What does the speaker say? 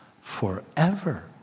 forever